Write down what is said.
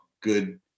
good